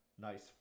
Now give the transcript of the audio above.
nice